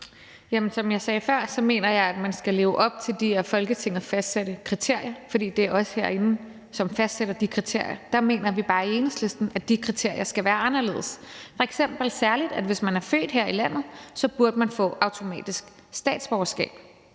Som jeg sagde før, mener jeg, at man skal leve op til de af Folketinget fastsatte kriterier, for det er os herinde, som fastsætter de kriterier. Der mener vi bare i Enhedslisten, at de kriterier skal være anderledes. Hvis man f.eks. er født her i landet, burde man automatisk få statsborgerskab,